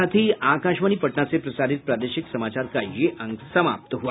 इसके साथ ही आकाशवाणी पटना से प्रसारित प्रादेशिक समाचार का ये अंक समाप्त हुआ